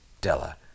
Della